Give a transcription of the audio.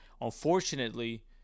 Unfortunately